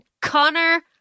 connor